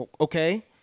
Okay